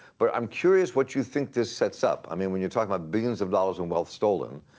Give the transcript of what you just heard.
but i'm curious what you think this sets up, i mean, when you're talking about billions of dollars in wealth stolen,